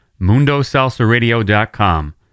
MundoSalsaradio.com